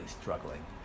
struggling